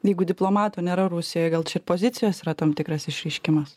jeigu diplomato nėra rusijoj gal čia ir pozicijos yra tam tikras išreiškimas